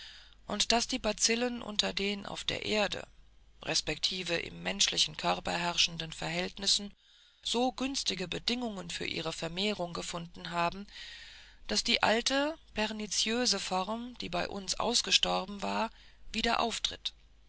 und daß die bazillen unter den auf der erde respektive im menschlichen körper herrschenden verhältnissen so günstige bedingungen für ihre vermehrung gefunden haben daß die alte perniziöse form die bei uns ausgestorben war wieder